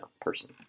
person